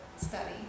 study